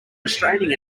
restraining